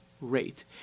rate